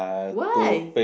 why